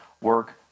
work